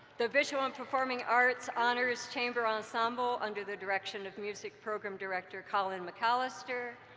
the visual and performing arts honors chamber ensemble under the direction of music program director colin mcallister,